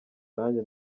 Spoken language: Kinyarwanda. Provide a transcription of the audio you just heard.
nanjye